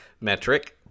metric